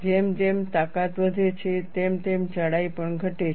જેમ જેમ તાકાત વધે છે તેમ તેમ જાડાઈ પણ ઘટે છે